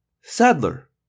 Sadler